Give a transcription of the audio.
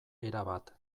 erabat